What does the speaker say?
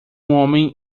homem